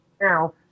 now